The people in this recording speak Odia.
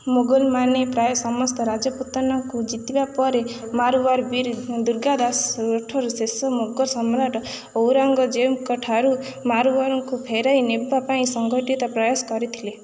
ମୋଗଲମାନେ ପ୍ରାୟ ସମସ୍ତ ରାଜପୁତନାକୁ ଜିତିବା ପରେ ମାରୱାରର ବୀର ଦୁର୍ଗାଦାସ ରାଠୋର ଶେଷ ମୋଗଲ ସମ୍ରାଟ ଔରଙ୍ଗଜେବଙ୍କଠାରୁ ମାରୱାରଙ୍କୁ ଫେରାଇ ନେବା ପାଇଁ ସଂଗଠିତ ପ୍ରୟାସ କରିଥିଲେ